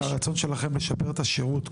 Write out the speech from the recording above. כחלק מהרצון שלכם לשפר את השירות,